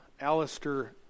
Alistair